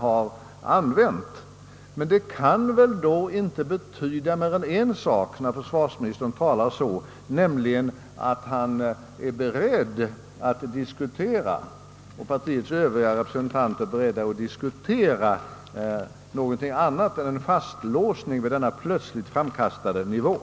Men hans yttrande kan väl inte betyda mer än en sak, nämligen att han och partiets övriga representanter är beredda att diskutera något annat än en fastlåsning vid denna plötsligt föreslagna nivå.